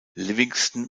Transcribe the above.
livingston